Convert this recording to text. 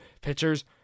pitchers